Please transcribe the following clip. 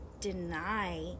deny